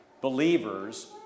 believers